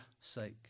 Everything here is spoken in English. sake